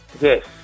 Yes